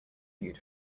viewed